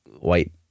white